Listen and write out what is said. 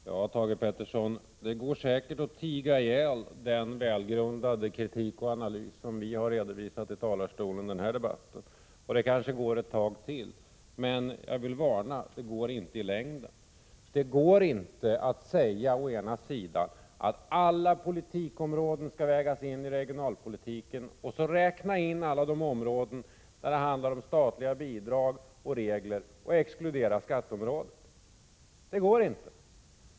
Herr talman! Det går säkert, Thage Peterson, att tiga ihjäl den välgrundade kritik och analys som har redovisats i talarstolen i denna debatt. Det kanske går ett tag till, men jag vill varna för att det inte går i längden. Det går inte att säga att alla politikområden skall vägas in i regionalpolitiken och räkna med alla de områden där det handlar om statliga bidrag och regler men exkludera skatteområdet.